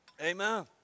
Amen